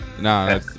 No